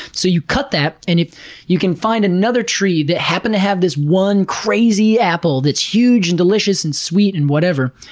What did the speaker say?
so you cut that, and you can find another tree that happened to have this one crazy apple that's huge and delicious and sweet and whatever.